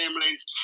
families